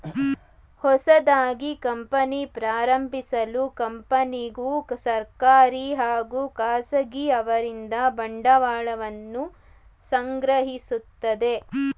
ಹೊಸದಾಗಿ ಕಂಪನಿ ಪ್ರಾರಂಭಿಸಲು ಕಂಪನಿಗೂ ಸರ್ಕಾರಿ ಹಾಗೂ ಖಾಸಗಿ ಅವರಿಂದ ಬಂಡವಾಳವನ್ನು ಸಂಗ್ರಹಿಸುತ್ತದೆ